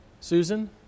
Susan